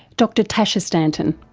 dr tasha stanton.